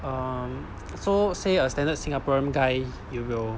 um so say a standard singaporean guy he will